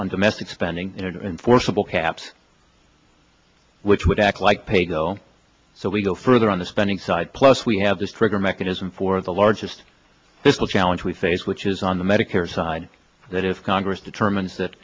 on domestic spending enforceable caps which would act like paygo so we go further on the spending side plus we have this trigger mechanism for the largest fiscal challenge we face which is on the medicare side that if congress determines that